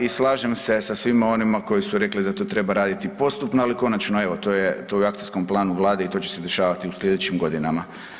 I slažem se sa svima onima koji su rekli da to treba raditi postupno, ali konačno evo, to je to je u akcijskom planu Vlade i to će se dešavati u sljedećim godinama.